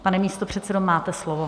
Pane místopředsedo, máte slovo.